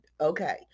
Okay